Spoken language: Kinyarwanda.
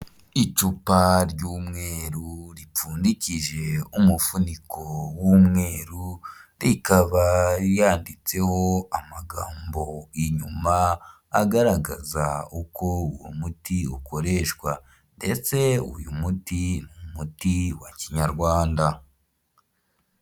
Icupa ry'umweru ripfundikije umuvuniko w'umweru rikaba ryanditseho amagambo inyuma agaragaza uko uwo muti ukoreshwa, ndetse uyu muti ni umuti wa kinyarwanda.